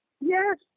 Yes